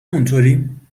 همونطوریم